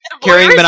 Carrying